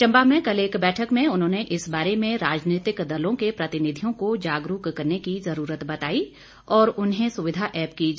चम्बा में कल एक बैठक में उन्होंने इस बारे में राजनीतिक दलों के प्रतिनिधियों को जागरूक करने की जरूरत बताई और उन्हें सुविधा एप की जानकारी देने को भी कहा